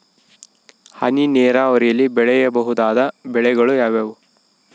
ಹನಿ ನೇರಾವರಿಯಲ್ಲಿ ಬೆಳೆಯಬಹುದಾದ ಬೆಳೆಗಳು ಯಾವುವು?